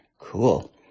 Cool